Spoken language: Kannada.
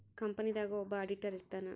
ಕಂಪನಿ ದಾಗ ಒಬ್ಬ ಆಡಿಟರ್ ಇರ್ತಾನ